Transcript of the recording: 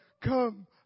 Come